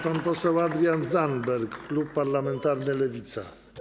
Pan poseł Adrian Zandberg, klub parlamentarny Lewica.